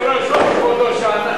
אדוני היושב-ראש, לא מכבודו שאנחנו,